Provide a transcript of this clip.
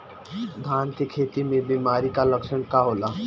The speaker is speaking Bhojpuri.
धान के खेती में बिमारी का लक्षण का होला?